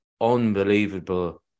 unbelievable